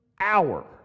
hour